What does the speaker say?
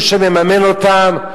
הוא שמממן אותם,